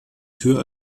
tür